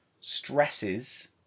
stresses